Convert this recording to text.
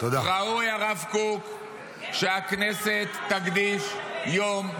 ראוי הרב קוק שהכנסת תקדיש יום,